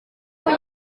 kuri